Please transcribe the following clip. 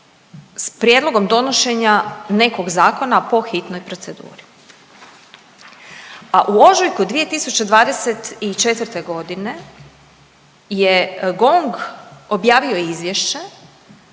s prijedlogom donošenja nekog zakona po hitnoj proceduri, a u ožujku 2024.g. je GONG objavio izvješće